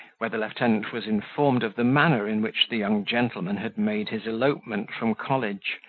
where the lieutenant was informed of the manner in which the young gentleman had made his elopement from college,